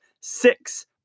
six